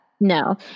No